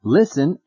Listen